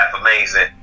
amazing